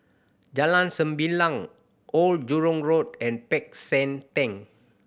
Jalan Sembilang Old Jurong Road and Peck San Theng